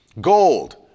Gold